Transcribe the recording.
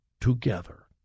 together